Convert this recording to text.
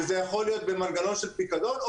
וזה יכול להיות במנגנון של פיקדון או